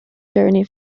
journey